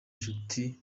nshuti